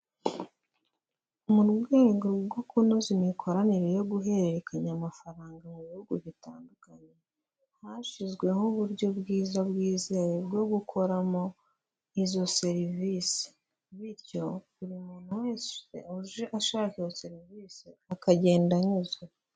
Mu rwego rwo kunoza imikoranire yo guhererekanya amafaranga mu bihugu bitandukanye, hashyizweho uburyo bwiza bwizewe bwo gukoramo, izo serivisi, bityo buri muntu wese uje ashaka iyo serivisi akagenda anyuzwe.